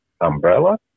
umbrella